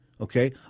Okay